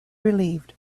relieved